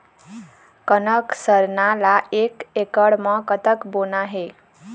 कनक सरना ला एक एकड़ म कतक बोना हे?